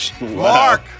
Mark